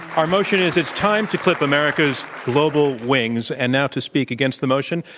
our motion is it's time to clip america's global wings, and now to speak against the motion,